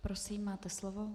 Prosím, máte slovo.